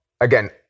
Again